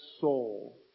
soul